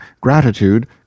gratitude